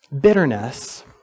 bitterness